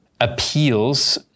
appeals